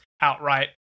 outright